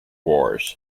wars